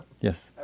Yes